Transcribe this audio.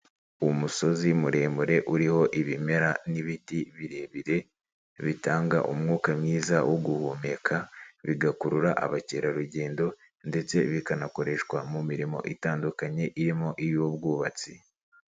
Umusozi muremure uriho ibimera n'ibiti birebire bitanga umwuka mwiza wo guhumeka, bigakurura abakerarugendo ndetse bikanakoreshwa mu mirimo itandukanye irimo iy'ubwubatsi.